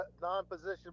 non-position